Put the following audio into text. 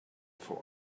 for